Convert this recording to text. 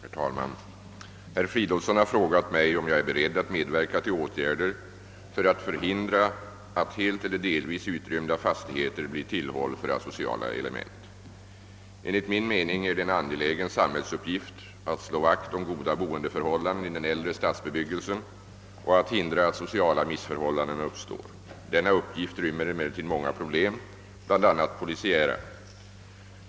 Herr talman! Herr Fridolfsson i Stockholm har frågat mig, om jag är beredd att medverka till åtgärder för att förhindra att helt eller delvis utrymda fastigheter blir tillhåll för asociala element. Enligt min mening är det en angelägen samhällsuppgift att slå vakt om goda boendeförhållanden i den äldre stadsbebyggelsen och att hindra att sociala missförhållanden uppstår. Denna uppgift rymmer emellertid många problem, bl.a. polisiära.